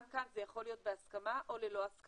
גם כאן זה יכול להיות בהסכמה או ללא הסכמה.